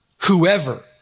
Whoever